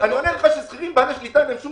אני אומר לך שלשכירים בעלי שליטה אין שום